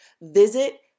Visit